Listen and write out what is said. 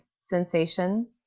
sensation